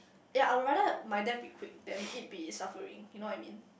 ya I would rather my death be quick then it be suffering you know I mean